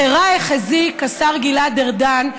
החרה-החזיק השר גלעד ארדן,